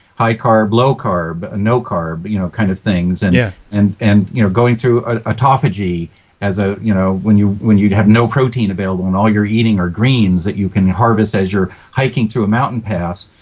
high carb, low carb, no carb you know kind of things and yeah and and you know going through ah autophagy ah you know when you when you have no protein available and all you're eating are greens that you can harvest as you're hiking through a mountain pass,